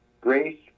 Grace